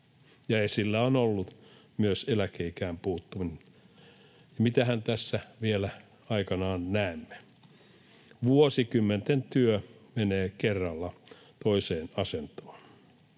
Esillä on ollut myös eläkeikään puuttuminen. Mitähän tässä vielä aikanaan näemme? Vuosikymmenten työ menee kerralla toiseen asentoon.